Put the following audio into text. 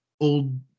old